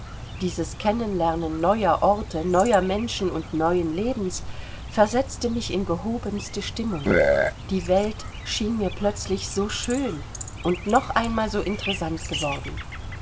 dieses kennenlernen neuer orte neuer menschen und neuen lebens versetzte mich in gehobenste stimmung die welt schien mir plötzlich so schön und noch einmal so interessant geworden